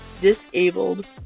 Disabled